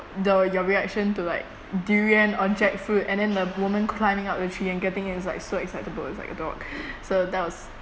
the your reaction to like durian or jackfruit and then the woman climbing up the tree and getting it is like so excitable is like a dog so that was